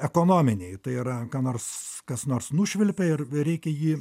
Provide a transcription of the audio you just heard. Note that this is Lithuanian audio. ekonominiai tai yra ką nors kas nors nušvilpė ir reikia jį